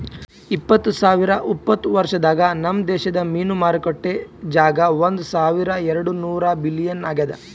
ಇಪ್ಪತ್ತು ಸಾವಿರ ಉಪತ್ತ ವರ್ಷದಾಗ್ ನಮ್ ದೇಶದ್ ಮೀನು ಮಾರುಕಟ್ಟೆ ಜಾಗ ಒಂದ್ ಸಾವಿರ ಎರಡು ನೂರ ಬಿಲಿಯನ್ ಆಗ್ಯದ್